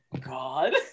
God